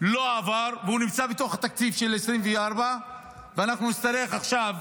לא עבר והוא נמצא בתוך התקציב של 2024. ואנחנו נצטרך עכשיו